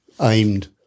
aimed